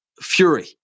fury